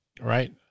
right